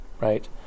right